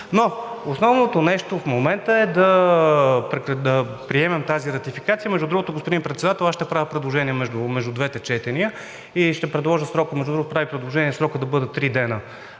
Но основното нещо в момента е да приемем тази ратификация. Между другото, господин Председател, аз ще направя предложение между двете четения и ще предложа срокът за предложения да бъде три дни,